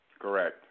correct